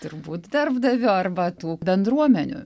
turbūt darbdavio arba tų bendruomenių